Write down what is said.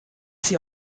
sie